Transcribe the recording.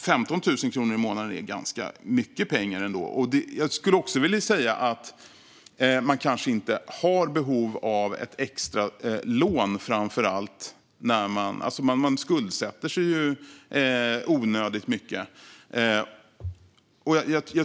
15 000 kronor i månaden är ganska mycket pengar, och man kanske inte framför allt har behov av ett extra lån - man skuldsätter sig ju onödigt mycket.